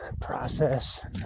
process